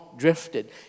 drifted